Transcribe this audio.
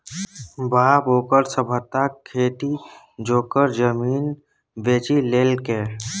बाप ओकर सभटा खेती जोगर जमीन बेचि लेलकै